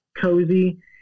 cozy